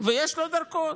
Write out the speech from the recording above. ויש לו דרכון,